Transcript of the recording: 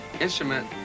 instrument